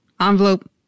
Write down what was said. Envelope